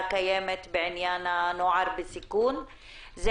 בעניין הזה?